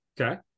Okay